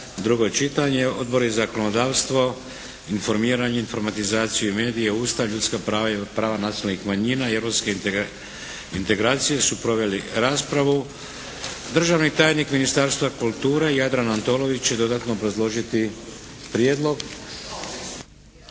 drugo čitanje. Odbori za zakonodavstvo, informiranje, informatizaciju i medije, Ustav, ljudska prava i prava nacionalnih manjina i europske integracije su proveli raspravu. Državni tajnik Ministarstva kulture Jadran Antolović će dodatno obrazložiti prijedlog.